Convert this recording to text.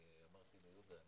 אמרתי ליהודה,